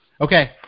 Okay